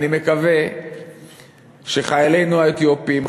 אני מקווה שחיילינו האתיופים,